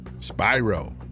Spyro